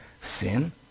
sin